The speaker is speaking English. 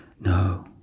No